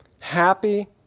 Happy